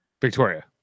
Victoria